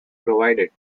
provided